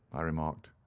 i remarked.